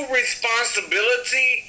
responsibility